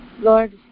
Lord